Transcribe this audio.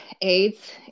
AIDS